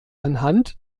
anhand